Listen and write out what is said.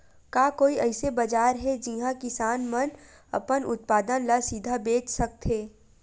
का कोई अइसे बाजार हे जिहां किसान मन अपन उत्पादन ला सीधा बेच सकथे?